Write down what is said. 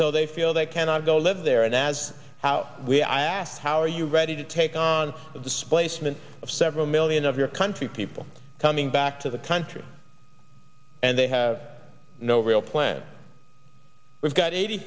so they feel they cannot go live there and as how we i asked how are you ready to take on the displacement of several million of your country people coming back to the country and they have no real plan we've got eighty